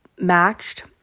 matched